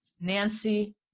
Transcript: Nancy